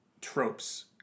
tropes